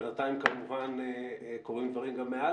בינתיים כמובן קורים דברים גם מעל